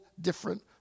different